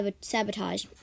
sabotage